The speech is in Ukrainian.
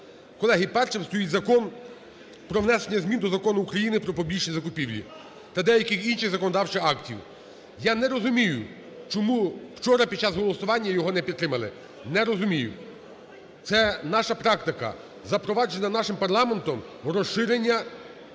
колеги, першим стоїть Закон про внесення змін до Закону України "Про публічні закупівлі" та деяких інших законодавчих актів. Я не розумію, чому вчора під час голосування його не підтримали. Не розумію, це наша практика, запроваджена нашим парламентом, розширення